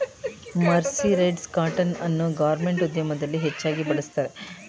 mercerised cotton ಅನ್ನು garments ಉದ್ಯಮದಲ್ಲಿ ಹೆಚ್ಚಾಗಿ ಬಳ್ಸತ್ತರೆ